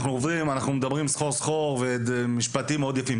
אנחנו מדברים סחור סחור ובמשפטים מאוד יפים.